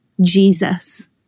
Jesus